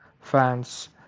fans